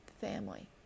family